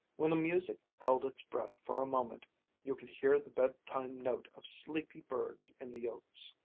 when the music held its breath for a moment you could hear the bedtime note of sleepy birds in the oaks.